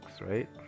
right